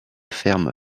ferme